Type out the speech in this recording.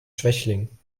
schwächling